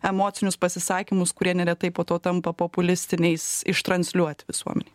emocinius pasisakymus kurie neretai po to tampa populistiniais ištransliuot visuomenei